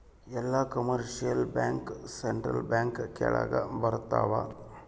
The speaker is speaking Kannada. ಎಲ್ಲ ಕಮರ್ಶಿಯಲ್ ಬ್ಯಾಂಕ್ ಸೆಂಟ್ರಲ್ ಬ್ಯಾಂಕ್ ಕೆಳಗ ಬರತಾವ